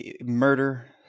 murder